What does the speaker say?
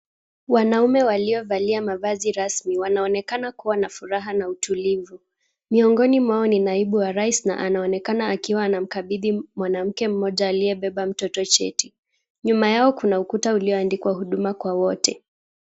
Wanaume waliovalia mavazi rasmi, wanaonekana kuwa na furaha na utulivu. Miongoni mwao ni naibu wa rais na anaonekana akiwa anamkabidhi mwanamke mmoja aliyebeba mtoto cheti. Nyuma yao kuna ukuta ulioandikwa huduma kwa wote.